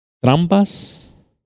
trampas